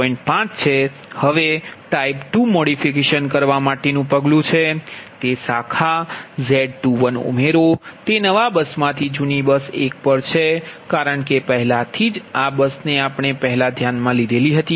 5છે હવે type 2 modification કરવા માટેનુ પગલું છે તે શાખા Z21 ઉમેરો તે નવા બસમાંથી જૂની બસ 1 પર છે કારણ કે પહેલા થી જ આ બસ ને આપણે પહેલાં ધ્યાનમાં લીધી છે